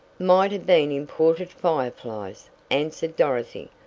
might have been imported fire flies, answered dorothy.